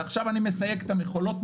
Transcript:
ועכשיו אני מסייג את המכולות,